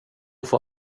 får